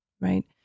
right